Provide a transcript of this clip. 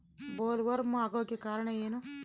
Bollworm ಆಗೋಕೆ ಕಾರಣ ಏನು?